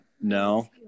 No